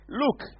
Look